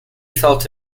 felt